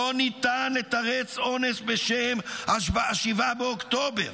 לא ניתן לתרץ אונס בשם 7 באוקטובר.